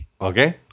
Okay